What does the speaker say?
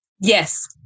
Yes